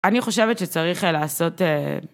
אני חושבת שצריך לעשות.